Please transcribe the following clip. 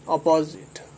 Opposite